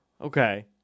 Okay